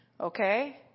Okay